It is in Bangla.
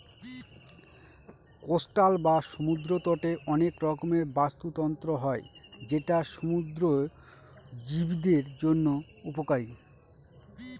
কোস্টাল বা সমুদ্র তটে অনেক রকমের বাস্তুতন্ত্র হয় যেটা সমুদ্র জীবদের জন্য উপকারী